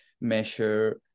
measure